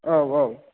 औ औ